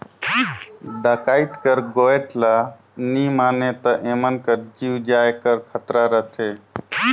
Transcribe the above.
डकइत कर गोएठ ल नी मानें ता एमन कर जीव जाए कर खतरा रहथे